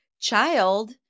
child